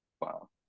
Wow